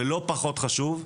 ולא פחות חשוב,